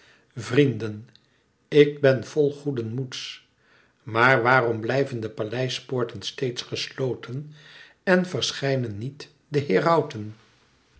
vrienden ik ben vol goeden moeds maar waarom blijven de paleispoorten steeds gesloten en verschijnen niet de herauten